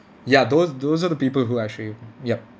ya those those are the people who actually yup